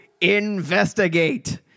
Investigate